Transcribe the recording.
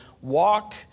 walk